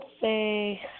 say